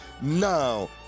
now